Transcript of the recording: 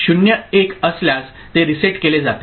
ते 0 1 असल्यास ते रीसेट केले जाते